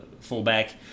fullback